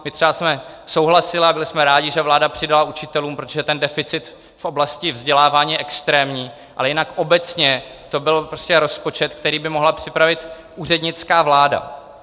My třeba jsme souhlasili a byli jsme rádi, že vláda přidala učitelům, protože deficit v oblasti vzdělávání je extrémní, ale jinak obecně to byl prostě rozpočet, který by mohla připravit úřednická vláda.